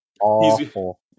awful